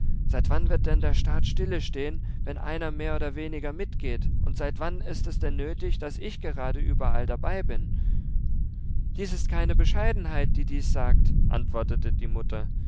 seit wann wird denn der staat stille stehn wenn einer mehr oder weniger mitgeht und seit wann ist es denn nötig daß ich gerade überall dabei bin dies ist keine bescheidenheit die dies sagt antwortete die mutter